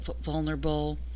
vulnerable